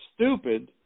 stupid